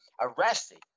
arrested